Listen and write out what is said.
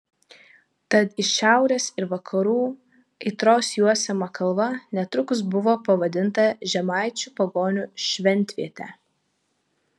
tad iš šiaurės ir vakarų aitros juosiama kalva netrukus buvo pavadinta žemaičių pagonių šventviete